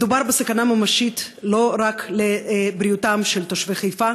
מדובר בסכנה ממשית, לא רק לבריאותם של תושבי חיפה.